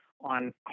on